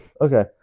Okay